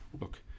look